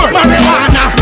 Marijuana